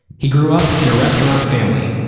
he grew up in a restaurant family.